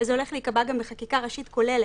וזה הולך להיקבע גם בחקיקה ראשית כוללת,